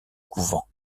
couvent